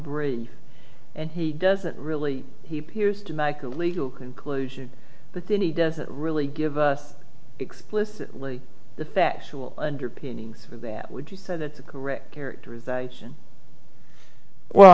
bridge and he doesn't really he has to make a legal conclusion but then he doesn't really give us explicitly the factual underpinnings of that would you say that's a correct characterization well